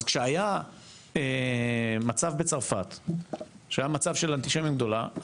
אז כשהיה מצב של אנטישמיות גדולה בצרפת,